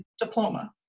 diploma